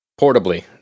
portably